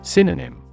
Synonym